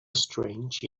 strange